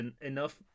enough